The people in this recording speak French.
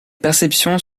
perceptions